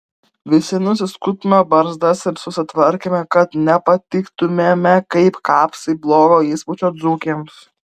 visi nusiskutome barzdas ir susitvarkėme kad nepatiktumėme kaip kapsai blogo įspūdžio dzūkėms